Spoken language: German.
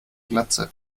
glatze